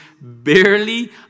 barely